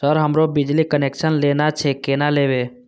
Sir हमरो बिजली connection लेना छे केना लेबे?